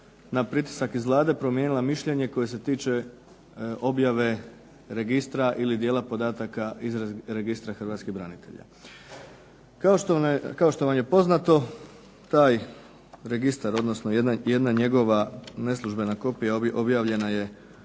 na pritisak iz Vlade promijenila mišljenje koje se tiče objave registra ili dijela podataka iz registra hrvatskih branitelja. Kao što vam je poznato, taj registar, odnosno jedna njegova neslužbena kopija objavljena je